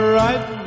right